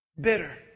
bitter